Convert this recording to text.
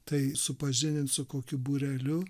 tai supažindint su kokiu būreliu